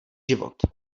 život